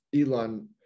Elon